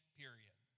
period